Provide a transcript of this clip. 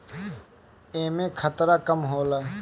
एमे खतरा कम होला